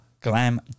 Glam